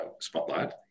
spotlight